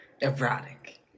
erotic